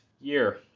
year